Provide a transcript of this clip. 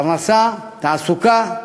עבודה, פרנסה, תעסוקה.